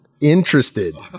interested